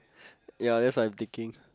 ya that's what I'm thinking